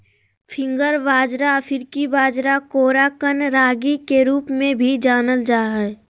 finger बाजरा अफ्रीकी बाजरा कोराकन रागी के रूप में भी जानल जा हइ